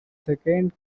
second